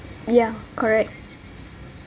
yeah correct